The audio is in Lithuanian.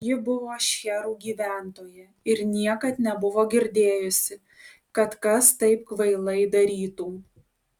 ji buvo šcherų gyventoja ir niekad nebuvo girdėjusi kad kas taip kvailai darytų